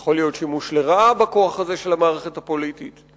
יכול להיות שימוש לרעה בכוח הזה של המערכת הפוליטית.